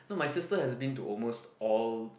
no my sister has been to almost all